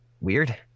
weird